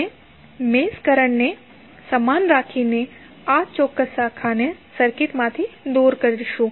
આપણે મેશ કરન્ટને સમાન રાખીને આ ચોક્કસ શાખાને સર્કિટમાંથી દૂર કરીશું